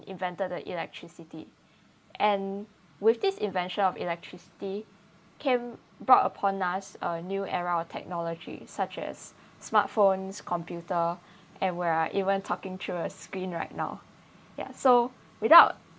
invented the electricity and with this invention of electricity can brought upon us a new era of technology such as smartphones computer and we are even talking through a screen right now ya so without